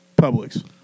Publix